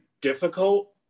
difficult